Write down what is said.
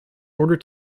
order